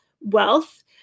wealth